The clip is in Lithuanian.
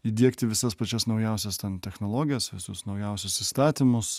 įdiegti visas pačias naujausias technologijas visus naujausius įstatymus